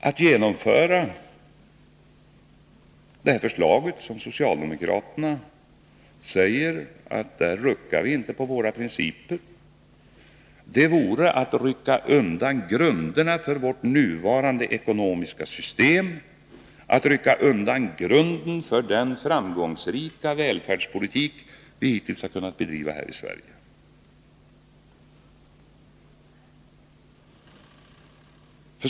Att genomföra det förslag om vilket socialdemokraterna säger att de inte ruckar på sina principer vore att rycka undan grunderna för vårt nuvarande ekonomiska system, att rycka undan grunden för den framgångsrika välfärdspolitik vi hittills har kunnat bedriva här i Sverige.